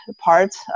parts